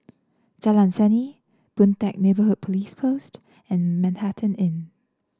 Jalan Seni Boon Teck Neighbourhood Police Post and Manhattan Inn